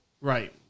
Right